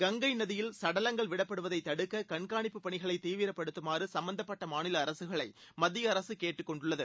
கங்கை நதியில் சடலங்கள் விடப்படுவதைத் தடுக்க கண்காணிப்புப் பணிகளைத் தீவிரப்படுத்தமாறு சம்பந்தப்பட்ட மாநில அரசுகளை மத்திய அரசு கேட்டுக் கொண்டுள்ளது